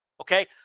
Okay